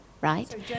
right